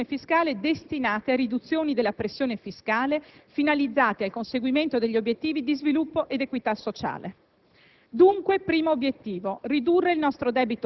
le maggiori entrate derivanti dalla lotta all'evasione fiscale saranno destinate alla riduzione della pressione fiscale finalizzate al conseguimento degli obiettivi di sviluppo ed equità sociale.